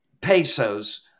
pesos